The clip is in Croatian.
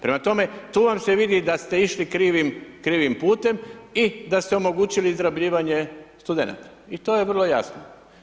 Prema tome, tu vam vidi da ste išli krivim putem i da ste omogućili izrabljivanje studenata i to je vrlo jasno.